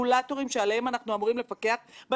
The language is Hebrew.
ודאי לא רציתי לשחוק את מעמד הבנקים בישראל.